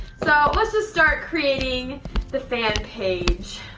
so let's just start creating the fan page.